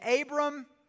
Abram